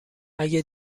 اگه